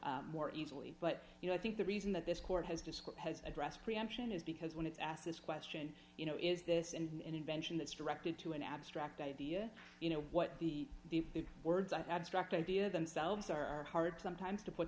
more easily but you know i think the reason that this court has described has addressed preemption is because when it's asked this question you know is this and invention that's directed to an abstract idea you know what the the words i struck the idea themselves are hard sometimes to put